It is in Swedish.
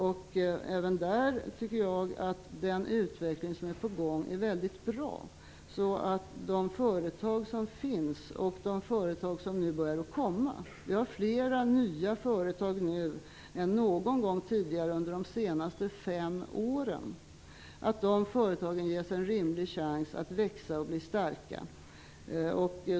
Även på det området tycker jag att den utveckling som är på gång är väldigt bra. Det finns fler nya företag nu än någon gång under de senaste fem åren. De företag som finns och de företag som börjar komma fram måste ges en rimlig chans att växa och bli starka.